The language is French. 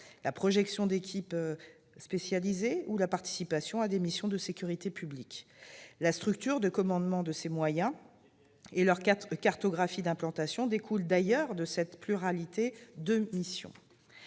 la projection d'équipes spécialisées, ou la participation à des missions de sécurité publique. La structure de commandement de ces moyens et leur cartographie d'implantation découlent d'ailleurs de cette pluralité de missions.